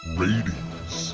ratings